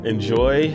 enjoy